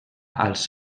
als